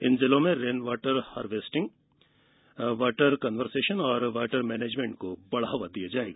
इन जिलो में rain water harvesting water conservation और वाटर मैनेजमेंट को बढ़ावा दिया जाएगा